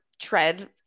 tread